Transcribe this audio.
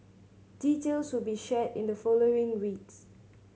details will be shared in the following weeks